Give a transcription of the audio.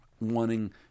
wanting